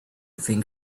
think